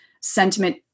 sentiment